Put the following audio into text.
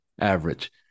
average